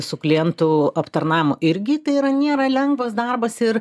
su klientų aptarnavimu irgi tai yra nėra lengvas darbas ir